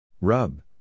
Rub